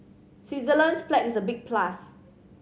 Switzerland's flag is a big plus